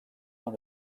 dans